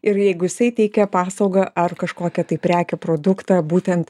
ir jeigu jisai teikia paslaugą ar kažkokią tai prekę produktą būtent